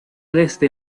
desde